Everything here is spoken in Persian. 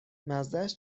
مزهاش